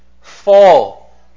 fall